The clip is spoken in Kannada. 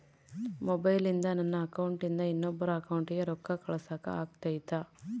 ಮೊಬೈಲಿಂದ ನನ್ನ ಅಕೌಂಟಿಂದ ಇನ್ನೊಬ್ಬರ ಅಕೌಂಟಿಗೆ ರೊಕ್ಕ ಕಳಸಾಕ ಆಗ್ತೈತ್ರಿ?